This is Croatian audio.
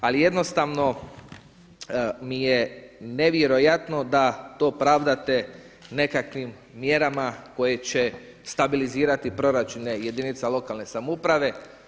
Ali jednostavno mi je nevjerojatno da to pravdate nekakvim mjerama koje će stabilizirati proračune jedinica lokalne samouprave.